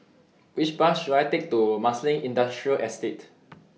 Which Bus should I Take to Marsiling Industrial Estate